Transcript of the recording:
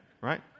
Right